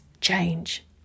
change